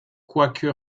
quoique